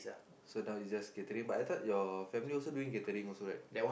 so now is just catering but I thought your family also doing catering also right